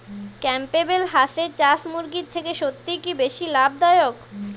Campbell হাঁসের চাষ মুরগির থেকে সত্যিই কি বেশি লাভ দায়ক?